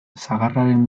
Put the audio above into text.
sagarraren